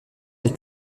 avec